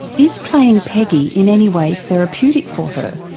is playing peggy in any way therapeutic for her?